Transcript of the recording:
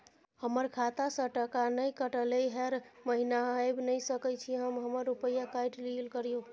हमर खाता से टका नय कटलै हर महीना ऐब नय सकै छी हम हमर रुपिया काइट लेल करियौ?